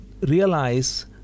realize